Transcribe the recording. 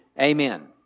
Amen